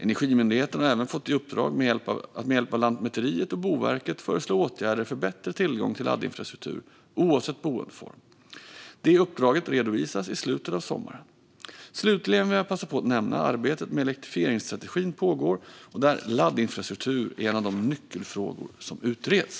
Energimyndigheten har även fått i uppdrag att med hjälp av Lantmäteriet och Boverket föreslå åtgärder för bättre tillgång till laddinfrastruktur, oavsett boendeform. Det uppdraget redovisas i slutet av sommaren. Slutligen vill jag passa på att nämna att arbetet med elektrifieringsstrategin pågår, och där är laddinfrastruktur en av de nyckelfrågor som utreds.